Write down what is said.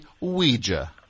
Ouija